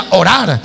orar